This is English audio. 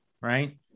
Right